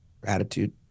gratitude